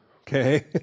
Okay